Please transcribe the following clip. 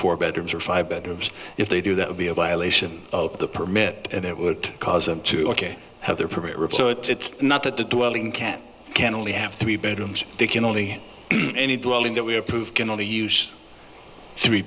four bedrooms or five bedrooms if they do that would be a violation of the permit it would cause them to ok have their permit rips so it's not that the dwelling can can only have three bedrooms they can only any dwelling that we approve can only use three